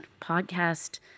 podcast